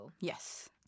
Yes